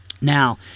Now